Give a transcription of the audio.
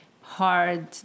hard